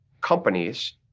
companies